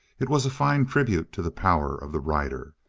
it was a fine tribute to the power of the rider.